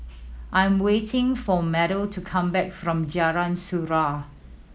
I am waiting for Meadow to come back from Jalan Surau